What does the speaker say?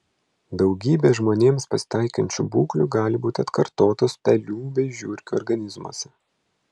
daugybė žmonėms pasitaikančių būklių gali būti atkartotos pelių bei žiurkių organizmuose